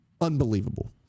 unbelievable